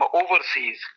overseas